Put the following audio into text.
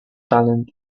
talent